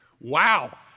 Wow